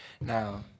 now